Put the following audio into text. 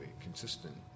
consistent